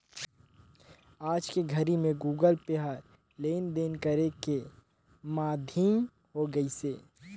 आयज के घरी मे गुगल पे ह लेन देन करे के माधियम होय गइसे